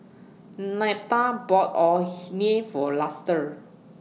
Nita bought Orh Nee For Luster